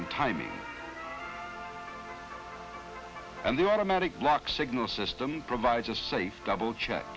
and timing and the automatic lock signal system provides a safe double check